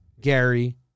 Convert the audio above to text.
Gary